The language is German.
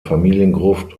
familiengruft